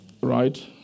Right